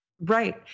Right